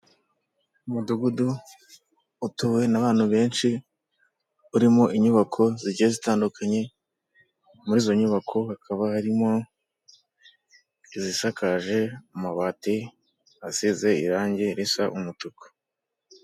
Umudugudu utuwe n'abantu benshi urimo inyubako zigiye zitandukanye, muri izo nyubako hakaba harimo izisakaje amabati asize irange risa umutuku.